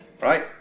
right